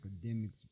academics